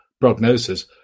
prognosis